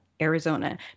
Arizona